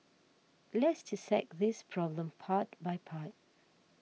let's dissect this problem part by part